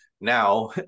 now